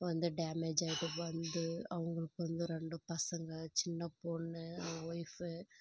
வந்து டேமேஜ் ஆகிட்டு வந்து அவங்களுக்கு வந்து ரெண்டு பசங்க சின்ன பொண்ணு அவங்க ஒய்ஃபு